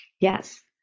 yes